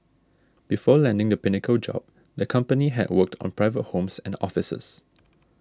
before landing the Pinnacle job the company had worked on private homes and offices